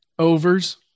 Overs